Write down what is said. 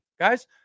guys